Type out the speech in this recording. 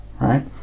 right